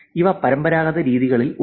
ഇവ പരമ്പരാഗത രീതികളിൽ ഉണ്ട്